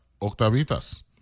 Octavitas